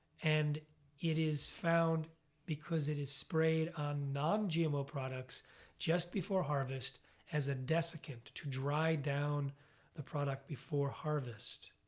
and it is found because it is sprayed on non-gmo products just before harvest as a desiccant to dry down the product before harvest.